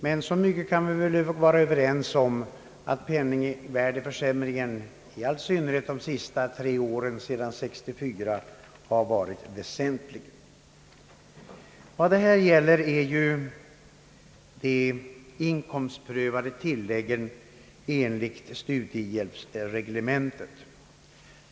Men så mycket kan vi väl vara överens om som att penningvärdeförsämringen, i Ssynnerhet under åren efter 1964, har varit väsentlig. Vad det här gäller är de inkomstprövade tilläggen enligt studiehjälpsreglementet.